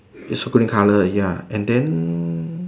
use green colour ya and then